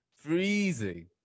freezing